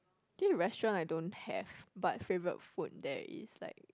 think restaurant I don't have but favourite food there is like